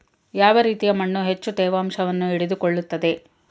ಯಾವ ರೀತಿಯ ಮಣ್ಣು ಹೆಚ್ಚು ತೇವಾಂಶವನ್ನು ಹಿಡಿದಿಟ್ಟುಕೊಳ್ಳುತ್ತದೆ?